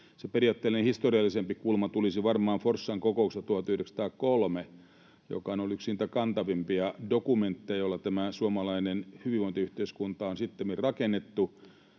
periaatteellinen, historiallisempi kulma tulisi varmaan Forssan kokouksesta 1903, joka on ollut yksi niitä kantavimpia dokumentteja, joilla tämä suomalainen hyvinvointiyhteiskunta on sittemmin rakennettu,